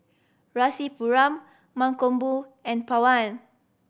Rasipuram Mankombu and Pawan